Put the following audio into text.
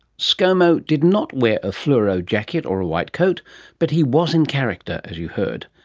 scomo did not wear a fluoro jacket or a white coat but he was in character, as you heard,